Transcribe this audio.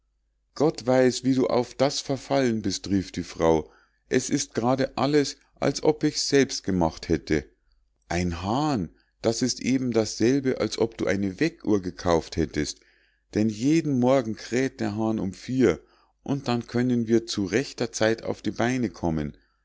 gott weiß wie du auf das verfallen bist rief die frau es ist grade alles als ob ich's selbst gemacht hätte ein hahn das ist eben dasselbe als ob du eine weck uhr gekauft hättest denn jeden morgen kräh't der hahn um vier und dann können wir zu rechter zeit auf die beine kommen